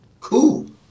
Cool